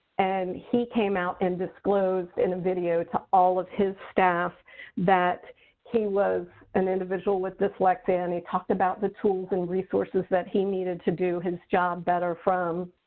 and he came out and disclosed in a video to all of his staff that he was an individual with dyslexia. and he talked about the tools and resources that he needed to do his job better from